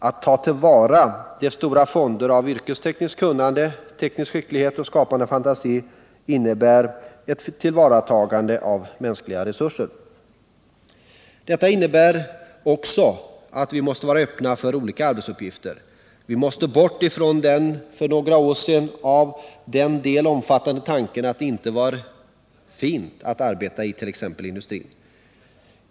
Att ta vara på de stora fonderna av yrkestekniskt kunnande, teknisk skicklighet och skapande fantasi innebär ett tillvaratagande av mänskliga resurser. Men detta innebär också att vi måste vara öppna för olika arbetsuppgifter. Vi måste bort från den för några år sedan av en del omfattade tanken att det inte var ”fint” att arbeta it.ex. industrin.